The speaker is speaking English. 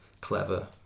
clever